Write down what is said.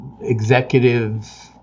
executive